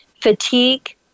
fatigue